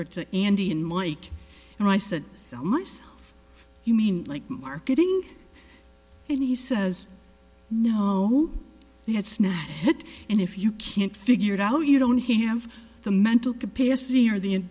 or to andy and mike and i said so mice you mean like marketing and he says no he had snatched it and if you can't figure it out you don't have the mental capacity or the